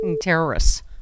terrorists